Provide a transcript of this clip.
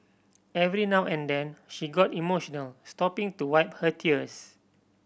every now and then she got emotional stopping to wipe her tears